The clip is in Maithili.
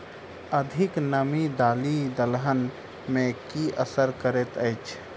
अधिक नामी दालि दलहन मे की असर करैत अछि?